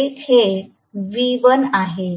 1 हे व्ही 1 आहे